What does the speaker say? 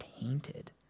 tainted